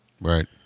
Right